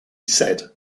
said